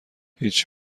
هیچ